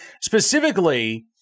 specifically